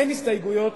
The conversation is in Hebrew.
אין הסתייגויות.